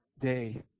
day